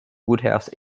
woodhouse